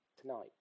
Tonight